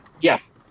Yes